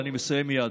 אני מסיים מייד.